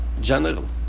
general